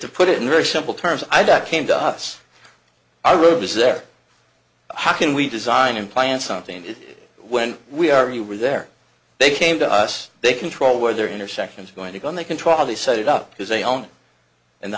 the put it in very simple terms i that came to us i wrote is there how can we design and plan something when we are you were there they came to us they control where their intersections going to go and they control how they set it up because they own and the